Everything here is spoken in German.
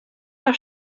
der